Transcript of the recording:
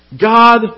God